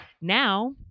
now